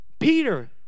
Peter